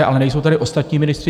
Ale nejsou tady ostatní ministři.